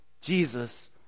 Jesus